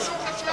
זה מה שהוא חשב.